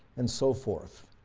and so forth.